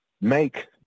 make